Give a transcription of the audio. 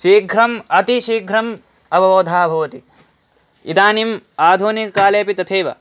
शीघ्रम् अतिशीघ्रम् अवबोधनं भवति इदानीम् आधुनिककालेऽपि तथैव